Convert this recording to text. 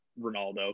Ronaldo